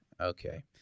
okay